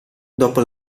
dopo